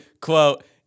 quote